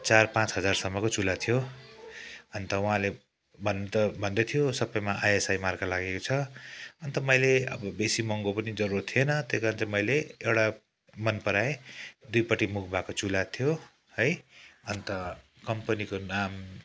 चार पाँच हजारसम्मको चुल्हा थियो अन्त उहाँले भन्नु त भन्दैथ्यो सबैमा आइएसआई मार्का लागेको छ अन्त मैले अब बेसी महँगो पनि जरुरत थिएन त्यही कारण चाहिँ मैले एउटा मनपराएँ दुईपट्टि मुख भएको चुल्हा थियो है अन्त कम्पनीको नाम